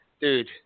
Dude